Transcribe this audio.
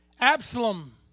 Absalom